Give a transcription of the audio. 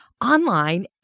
online